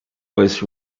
was